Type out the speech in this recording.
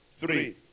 Three